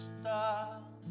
stop